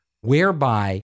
whereby